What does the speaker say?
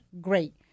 great